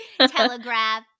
telegraph